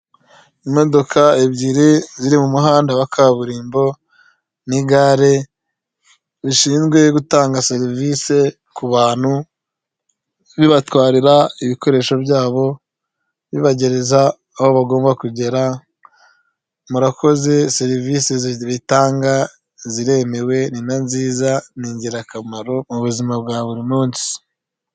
Imodoka ebyiri ziri mu muhanda wa kaburimbo, n'igare bishinzwe gutanga serivisi ku bantu bibatwarira ibikoresho byabo bibagereza aho bagomba kugera murakoze serivisiritanga ziremewe nina nziza ni ingirakamaro mu buzima bwa buri munsi.